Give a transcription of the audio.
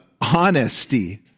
honesty